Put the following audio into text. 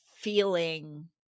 feeling